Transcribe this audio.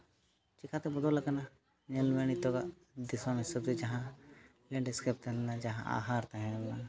ᱪᱤᱠᱟᱹᱛᱮ ᱵᱚᱫᱚᱞ ᱠᱟᱱᱟ ᱧᱮᱞ ᱢᱮ ᱱᱤᱛᱚᱝᱼᱟᱜ ᱫᱤᱥᱚᱢ ᱦᱤᱥᱟᱹᱵ ᱛᱮ ᱡᱟᱦᱟᱸ ᱞᱮᱱᱰᱥᱠᱮᱯ ᱛᱟᱦᱮᱸ ᱞᱮᱱᱟ ᱡᱟᱦᱟᱸ ᱟᱦᱟᱨ ᱛᱟᱦᱮᱸ ᱞᱮᱱᱟ